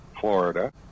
Florida